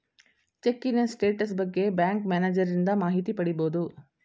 ಚಿಕ್ಕಿನ status ಬಗ್ಗೆ bank ಮ್ಯಾನೇಜರನಿಂದ ಮಾಹಿತಿ ಪಡಿಬೋದು